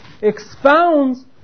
expounds